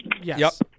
Yes